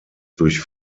durch